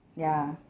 ya